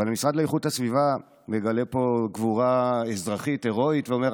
אבל המשרד לאיכות הסביבה מגלה פה גבורה אזרחית הירואית ואומר,